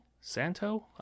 Santo